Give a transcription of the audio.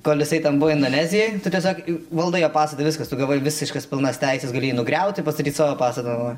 kol jisai ten buvo indonezijoj tu tiesiog valdai jo pastatą viskas tu gavai visiškas pilnas teises gali jį nugriauti pastatyt savo pastatą